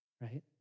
right